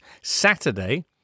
Saturday